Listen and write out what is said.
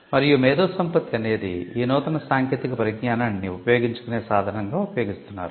మరియు మేధోసంపత్తి అనేది ఈ నూతన సాంకేతిక పరిజ్ఞానాన్ని ఉపయోగించుకునే సాధనంగా ఉపయోగిస్తున్నారు